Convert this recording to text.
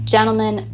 Gentlemen